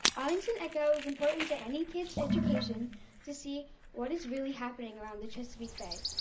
arlington echo is important to any kid's education to see what is really happening around the chesapeake bay.